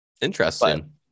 Interesting